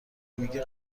میگه